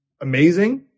amazing